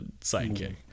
Sidekick